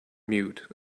mute